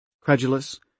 credulous